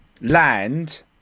land